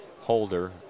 Holder